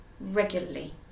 regularly